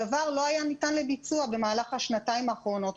הדבר לא היה ניתן לביצוע במהלך השנתיים האחרונות,